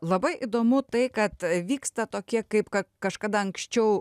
labai įdomu tai kad vyksta tokie kaip kad kažkada anksčiau